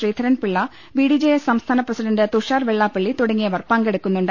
ശ്രീധരൻപിളള ബിഡിജെഎസ് സ്ംസ്ഥാന പ്രസിഡന്റ് തുഷാർ വെള്ളാപ്പള്ളി തുടങ്ങിയവർ പ്പങ്കെടുക്കുന്നുണ്ട്